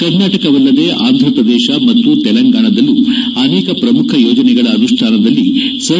ಕರ್ನಾಟಕವಲ್ಲದೆ ಆಂಧಪ್ರದೇಶ ಮತ್ತು ತೆಲಂಗಾಣದಲ್ಲೂ ಅನೇಕ ಪ್ರಮುಖ ಯೋಜನೆಗಳ ಅನುಷ್ಠಾನದಲ್ಲಿ ಸರ್